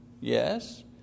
Yes